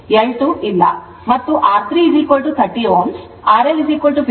L2 ಇಲ್ಲ ಮತ್ತು R330 Ω RL50 Ω ಮತ್ತು ಇದು VL ಆಗಿದೆ